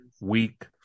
week